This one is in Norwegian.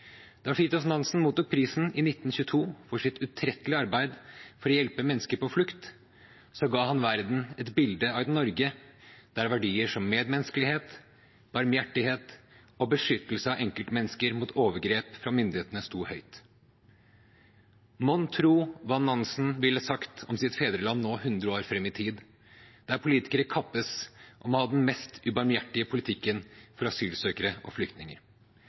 Da Fridtjof Nansen mottok prisen i 1922 for sitt utrettelige arbeid for å hjelpe mennesker på flukt, ga han verden et bilde av et Norge der verdier som medmenneskelighet, barmhjertighet og beskyttelse av enkeltmennesker mot overgrep fra myndighetene sto høyt. Mon tro hva Nansen ville sagt om sitt fedreland nå, 100 år fram i tid, der politikere kappes om å ha den mest ubarmhjertige politikken for asylsøkere og flyktninger.